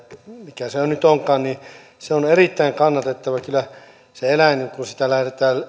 mikä se nyt onkaan on on erittäin kannatettava kyllä kun sitä eläintä lähdetään